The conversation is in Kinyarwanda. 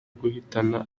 guhitana